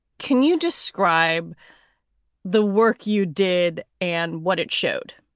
can you describe the work you did and what it showed?